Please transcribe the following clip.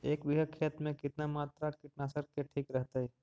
एक बीघा खेत में कितना मात्रा कीटनाशक के ठिक रहतय?